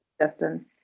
Justin